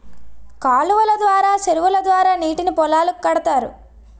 కాలువలు ద్వారా చెరువుల ద్వారా నీటిని పొలాలకు కడతారు